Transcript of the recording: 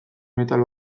metal